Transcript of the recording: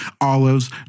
Olives